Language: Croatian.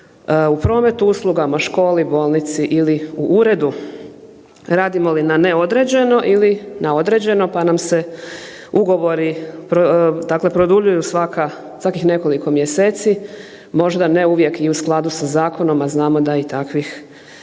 u prometu, uslugama, školi, bolnici ili u uredu. Radimo li na neodređeno na određeno pa nam se ugovori dakle produljuju svaka, svakih nekoliko mjeseci, možda ne uvijek i u skladu sa zakonom, a znamo da i takvih